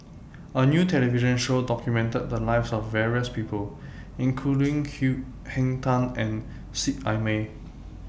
A New television Show documented The Lives of various People including Henn Tan and Seet Ai Mee